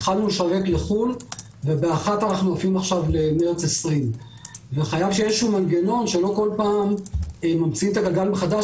התחלנו לשרת לחו"ל ובאחת אנחנו נופלים עכשיו למצב של מרס 2020. חייב שיהיה איזשהו מנגנון שלא כל פעם ממציאים את הגלגל מחדש,